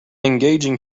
engaging